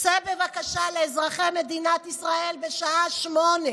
צא בבקשה לאזרחי מדינת ישראל בשעה 20:00,